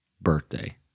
birthday